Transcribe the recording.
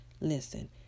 listen